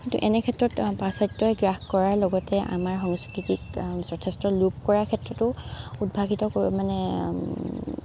কিন্তু এনে ক্ষেত্ৰত পাশ্চাত্যই গ্ৰাস কৰাৰ লগতে আমাৰ সংস্কৃতিক যথেষ্ট লোপ কৰাৰ ক্ষেত্ৰতো উদ্ভাসিত কৰে মানে